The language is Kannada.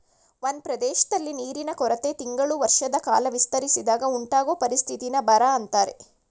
ಒಂದ್ ಪ್ರದೇಶ್ದಲ್ಲಿ ನೀರಿನ ಕೊರತೆ ತಿಂಗಳು ವರ್ಷದಕಾಲ ವಿಸ್ತರಿಸಿದಾಗ ಉಂಟಾಗೊ ಪರಿಸ್ಥಿತಿನ ಬರ ಅಂತಾರೆ